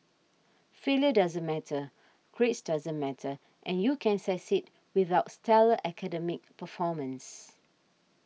failure doesn't matter grades doesn't matter and you can succeed without stellar academic performance